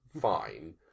fine